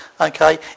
Okay